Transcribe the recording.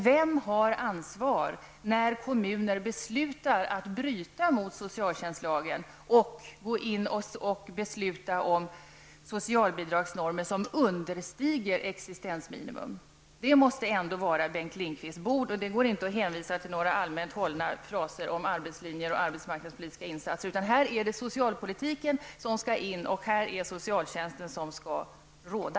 Vem har ansvaret när kommuner beslutar att bryta mot socialtjänstlagen och går in och beslutar om socialbidragsnormer som understiger existensminimum? Det måste ändå vara Bengt Lindqvists bord. Det går inte att hänvisa till några allmänt hållna fraser om arbetslinjen och arbetsmarknadspolitiska insatser, utan här är det socialpolitiken som skall in, och här är det socialtjänsten som skall råda.